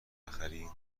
بخری